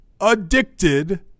addicted